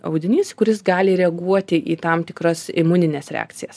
audinys kuris gali reaguoti į tam tikras imunines reakcijas